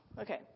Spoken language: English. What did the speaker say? Okay